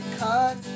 cut